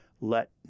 let